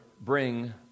bring